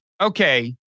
Okay